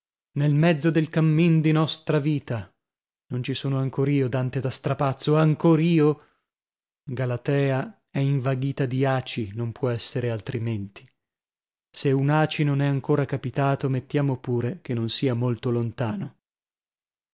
nel mezzo del cammin di nostra vita non ci sono ancor io dante da strapazzo ancor io galatea è invaghita di aci non può essere altrimenti se un aci non è ancora capitato mettiamo pure che non sia molto lontano